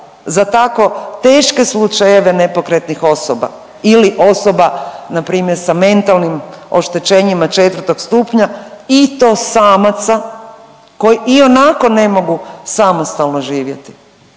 za tako teške slučajeve nepokretnih osoba ili osoba na primjer sa mentalnim oštećenjima četvrtog stupnja i to samaca koji ionako ne mogu samostalno živjeti.